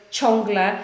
ciągle